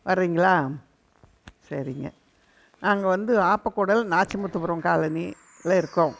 வரிங்களா சரிங்க நாங்கள் வந்து ஆப்பக்கூடல் நாச்சிமுத்துபுரம் காலனியில் இருக்கோம்